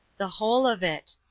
the whole of it.